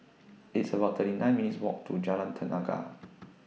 It's about thirty nine minutes' Walk to Jalan Tenaga